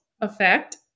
effect